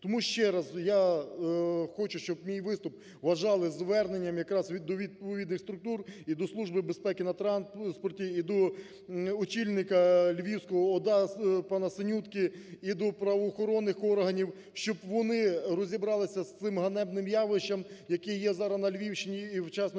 Тому ще раз, я хочу, щоб мій виступ вважали звернення як раз до відповідних структур і до Служби безпеки на транспорті, і до очільника Львівської ОДА пана Синютки, і до правоохоронних органів, щоб вони розібралися із цим ганебним явищем, яке є зараз на Львівщині і в